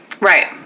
Right